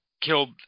killed